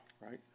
right